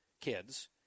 kids